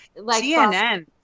CNN